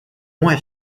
moins